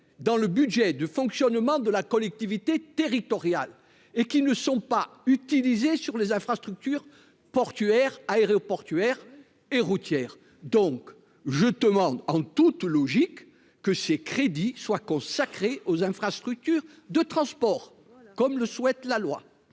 dans le budget de fonctionnement de la collectivité territoriale et qui ne sont pas utilisés sur les infrastructures portuaires, aéroportuaires et routières, donc je demande en toute logique que ces crédits soient consacrés aux infrastructures de transport, comme le souhaite la loi.